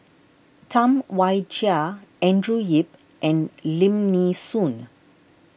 Tam Wai Jia Andrew Yip and Lim Nee Soon